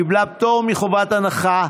קיבלה פטור מחובת הנחה,